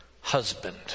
husband